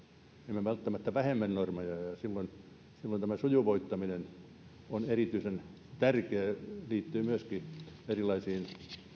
emme välttämättä vähemmän normeja ja silloin tämä sujuvoittaminen on erityisen tärkeää liittyen myöskin erilaisiin